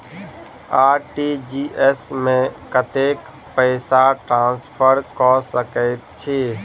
RTGS मे कतेक पैसा ट्रान्सफर कऽ सकैत छी?